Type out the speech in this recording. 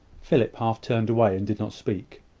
philip half turned away and did not speak.